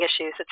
issues